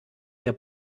der